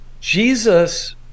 Jesus